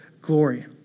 glory